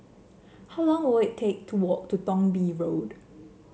how long will it take to walk to Thong Bee Road